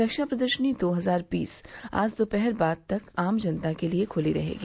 रक्षा प्रदर्शनी दो हजार बीस आज दोपहर बाद तक आम जनता के लिए खुली रहेगी